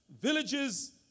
villages